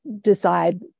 decide